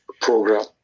program